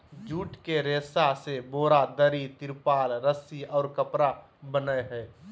jute के रेशा से बोरा, दरी, तिरपाल, रस्सि और कपड़ा बनय हइ